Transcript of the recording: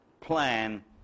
plan